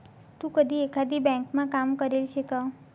तू कधी एकाधी ब्यांकमा काम करेल शे का?